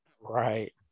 Right